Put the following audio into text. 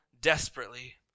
desperately